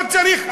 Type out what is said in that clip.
אתה לא צריך,